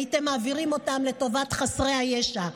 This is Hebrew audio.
הייתם מעבירים אותה לטובת חסרי הישע,